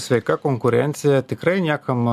sveika konkurencija tikrai niekam